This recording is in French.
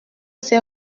c’est